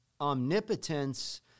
omnipotence